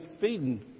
feeding